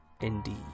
indeed